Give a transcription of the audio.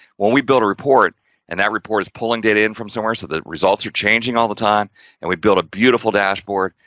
when we build a report and that report is pulling data in from somewhere, so the results are changing all the time and we built a beautiful dashboard,